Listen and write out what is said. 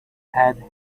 had